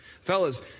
Fellas